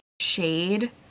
shade